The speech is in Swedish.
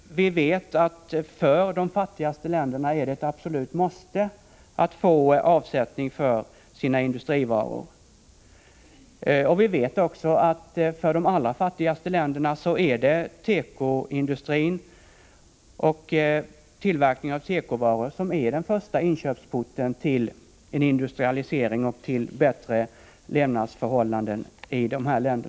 Vi vet att det för de fattigaste länderna är ett absolut måste att få avsättning för sina industrivaror. Vi vet också att det för de allra fattigaste länderna är tekoindustrin och tillverkningen av tekovaror som är den första inkörsporten till en industrialisering och till bättre levnadsförhållanden i dessa länder.